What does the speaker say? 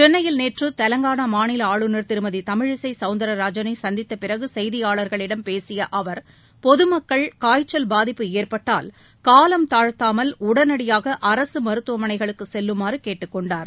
சென்னையில் நேற்று தெலங்கானா மாநில ஆளுநர் திருமதி தமிழிசை சவுந்தர்ராஜனை சந்தித்தபிறகு செய்தியாளர்களிடம் பேசிய அவர் பொதுமக்கள் காய்ச்சல் பாதிப்பு ஏற்பட்டால் காலம் தாழ்த்தாமல் உடனடியாக அரசு மருத்துவமனைகளுக்கு செல்லுமாறு கேட்டுக் கொண்டார்